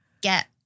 get